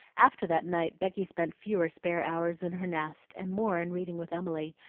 after that night becky spent fewer spare hours in her nest, and more in reading with emily,